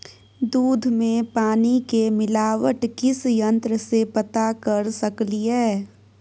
दूध में पानी के मिलावट किस यंत्र से पता कर सकलिए?